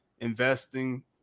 investing